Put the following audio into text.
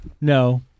no